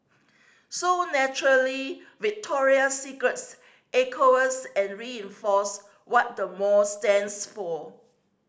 so naturally Victoria's Secret echoes and reinforces what the mall stands for